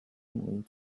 mówił